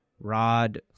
Rod